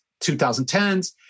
2010s